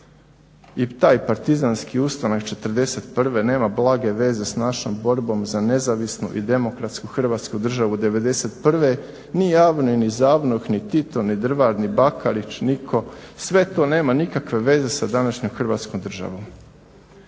I taj partizanski ustanak '41. nema blage veze s našom borbom za nezavisnu i demokratsku Hrvatsku državu '91., ni AVNOJ, ni ZAVNOH, ni Tito, ni Drvar, ni Bakarić, nitko, sve to nema nikakve veze sa današnjom Hrvatskom državom,